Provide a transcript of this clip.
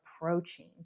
approaching